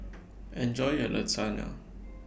Enjoy your Lasagne